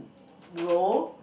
role